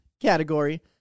category